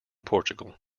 portugal